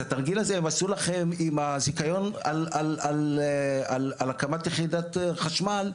את התרגיל הזה הם עשו לכם עם הזיכיון על הקמת יחידת חשמל,